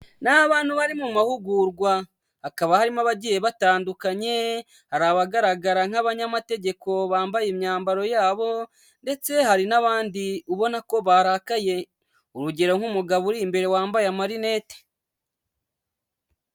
Ni abantu bari mu mahugurwa, hakaba harimo abagiye batandukanye, hari abagaragara nk'abanyamategeko bambaye imyambaro yabo ndetse hari n'abandi ubona ko barakaye. Urugero; nk'umugabo uri imbere, wambaye amarinete.